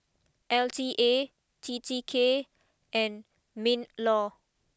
L T A T T K and Minlaw